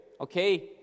okay